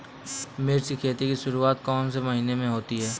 मिर्च की खेती की शुरूआत कौन से महीने में होती है?